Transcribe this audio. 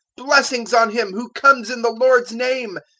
blessings on him who comes in the lord's name!